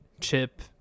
chip